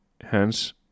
hence